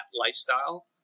lifestyle